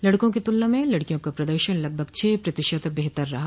लडकों की तुलना में लडकियों का प्रदर्शन लगभग छह प्रतिशत बेहतर रहा